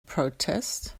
protest